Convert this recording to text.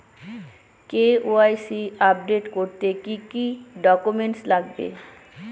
KYC update করতে কি কি ডকুমেন্টস লাগবে?